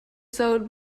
sold